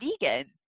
vegan